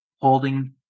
holding